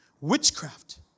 Witchcraft